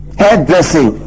hairdressing